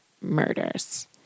Murders